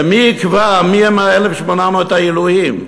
ומי יקבע מי הם 1,800 העילויים?